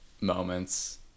moments